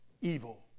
evil